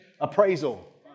appraisal